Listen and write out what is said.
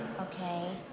Okay